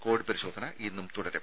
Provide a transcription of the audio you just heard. Covid പരിശോധന ഇന്നും തുടരും